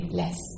less